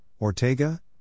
Ortega